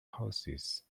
houses